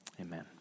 amen